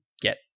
get